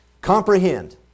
comprehend